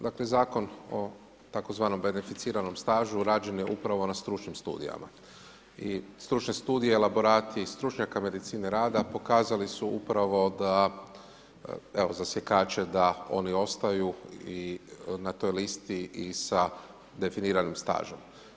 Dakle Zakon o tzv. beneficiranom stažu rađen je upravo na stručnim studijama i stručnim studiji elaborati, stručnjaka medicine rada, pokazali su upravo da evo, za sjekaču da oni ostaju na toj listi i sa definiranim stažom.